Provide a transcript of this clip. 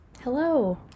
Hello